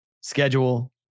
Schedule